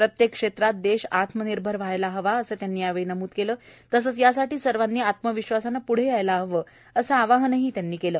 प्रत्येक क्षेत्रात देश आत्मनिर्भर व्हायला हवा असं त्यांनी यावेळी नम्द केलं तसंच यासाठी सर्वांनी आत्मविश्वासानं प्ढं यायला हवं असं आवाहनही केलं